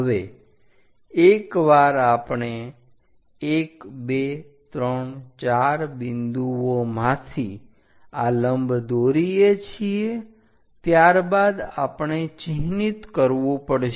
હવે એકવાર આપણે 1 2 3 4 બિંદુઓમાંથી આ લંબ દોરીએ છીએ ત્યારબાદ આપણે ચિહ્નિત કરવું પડશે